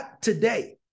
today